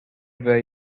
over